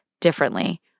differently